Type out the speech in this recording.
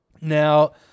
Now